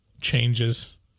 changes